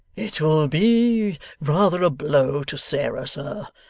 it will be rather a blow to sarah, sir,